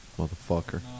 motherfucker